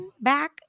back